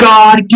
God